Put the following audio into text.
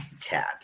tad